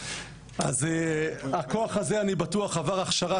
ולשירות צבאי בצנחנים.